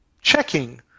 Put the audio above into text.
checking